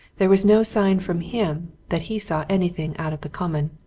there was no sign from him that he saw anything out of the common.